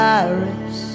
Paris